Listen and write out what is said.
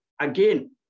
again